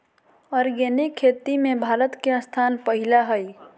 organic खेती में भारत के स्थान पहिला हइ